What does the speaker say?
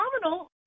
phenomenal